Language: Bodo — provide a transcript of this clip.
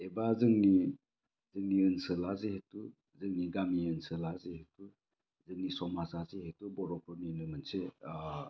एबा जोंनि जोंनि ओनसोला जिहेथु जोंनि गामिनि ओनसोला जिहेथु जोंनि समाजा जिहेथु बर'फोरनिनो मोनसे ओ